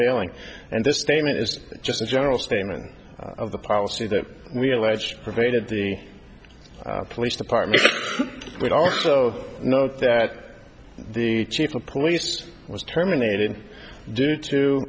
g and this statement is just a general statement of the policy that the alleged pervaded the police department would also note that the chief of police was terminated due to